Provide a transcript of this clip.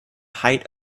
height